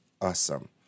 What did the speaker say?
awesome